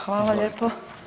Hvala lijepo.